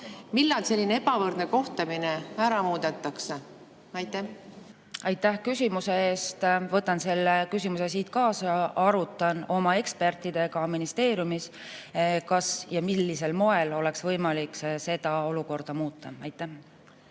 Millal selline ebavõrdne kohtlemine ära muudetakse? Aitäh küsimuse eest! Võtan selle küsimuse siit kaasa. Arutan oma ekspertidega ministeeriumis, kas ja millisel moel oleks võimalik seda olukorda muuta. Aitäh